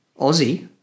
aussie